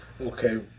Okay